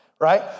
right